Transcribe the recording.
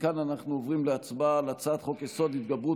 מכאן אנחנו עוברים להצבעה על הצעת חוק-יסוד: ההתגברות